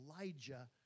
Elijah